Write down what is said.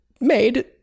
made